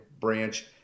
branch